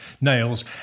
Nails